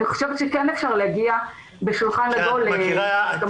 אני חושבת שכן אפשר להגיע בשולחן עגול להסכמות.